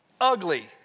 ugly